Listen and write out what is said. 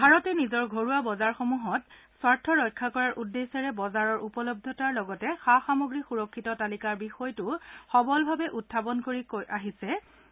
ভাৰতে নিজৰ ঘৰুৱা বজাৰসমূহত স্বাৰ্থ ৰক্ষা কৰাৰ উদ্দেশ্যে বজাৰৰ উপলধ্ধতাৰ লগতে সা সামগ্ৰী সুৰক্ষিত তালিকাৰ বিষয়টো সৱলভাৱে উখাপন কৰি আহিছে